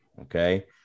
okay